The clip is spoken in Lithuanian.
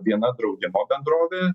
viena draudimo bendrovė